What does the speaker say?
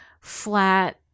flat